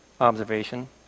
observation